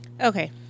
Okay